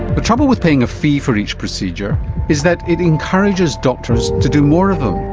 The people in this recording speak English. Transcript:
the trouble with paying a fee for each procedure is that it encourages doctors to do more of them,